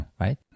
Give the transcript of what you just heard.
Right